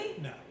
No